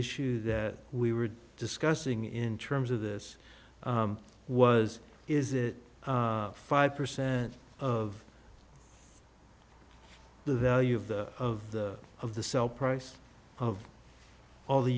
issue that we were discussing in terms of this was is it five percent of the value of the of of the cell price of all the